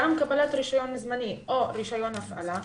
גם קבלת רישיון זמני או רישיון הפעלה,